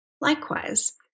Likewise